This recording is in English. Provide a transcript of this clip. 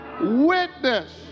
witness